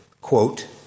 quote